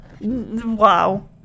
Wow